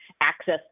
access